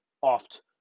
oft